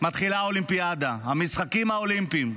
מתחילה האולימפיאדה, המשחקים האולימפיים.